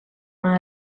non